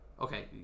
okay